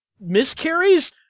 miscarries